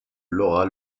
laura